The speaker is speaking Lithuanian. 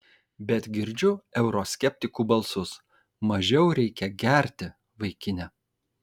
bet girdžiu euroskeptikų balsus mažiau reikia gerti vaikine